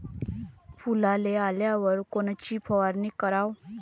फुलाले आल्यावर कोनची फवारनी कराव?